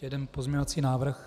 Jeden pozměňovací návrh.